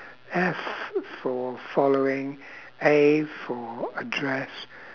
F for following A for address